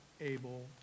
able